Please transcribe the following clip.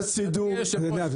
יש שני מקרים.